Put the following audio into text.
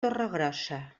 torregrossa